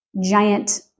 giant